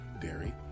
dairy